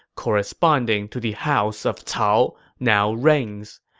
corresponding to the house of cao, now reigns.